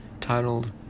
titled